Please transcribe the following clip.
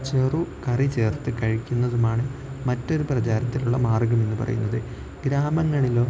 ചെറു കറി ചേർത്ത് കഴിക്കുന്നതുമാണ് മറ്റൊരു പ്രചാരത്തിലുള്ള മാർഗ്ഗമെന്ന് പറയുന്നത് ഗ്രാമങ്ങളിലോ